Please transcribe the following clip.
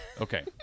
Okay